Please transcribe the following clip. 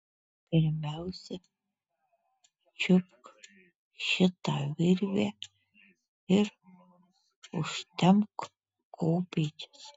pirmiausia čiupk šitą virvę ir užtempk kopėčias